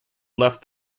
left